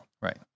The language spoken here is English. Right